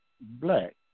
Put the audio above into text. black